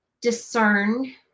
discern